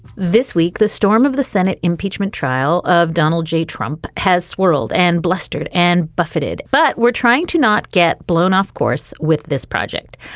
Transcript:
this week, the storm of the senate impeachment trial of donald j. trump has swirled and blistered and buffeted, but we're trying to not get blown off course with this project,